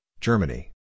Germany